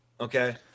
Okay